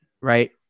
right